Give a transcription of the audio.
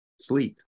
sleep